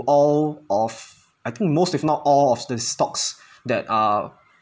all of I think most if not all of the stocks that are